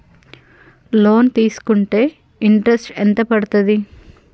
Loan తీస్కుంటే interest ఎంత పడ్తది?